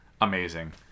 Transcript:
amazing